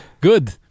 Good